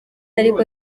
ariko